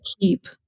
keep